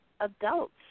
adults